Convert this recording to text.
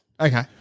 Okay